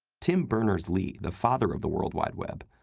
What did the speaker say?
tim berners-lee, the father of the world wide web,